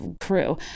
crew